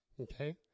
okay